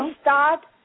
start